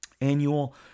annual